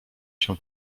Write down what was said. się